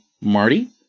Marty